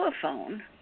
telephone